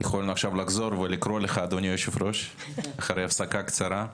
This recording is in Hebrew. אחרי הפסקה קצרה,